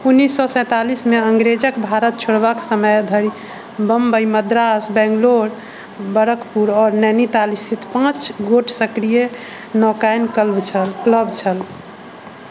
उन्नैस सए सैंतालिस मे अङ्गरेजके भारत छोड़बाक समय धरि बम्बइ मद्रास बैंगलोर बैरकपुर आओर नैनीताल स्थित पाँच गोट सक्रिय नौकायन क्लब छल